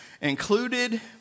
included